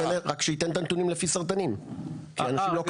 שייתן את הנתונים לפי סרטנים כי אנשים לא קראו.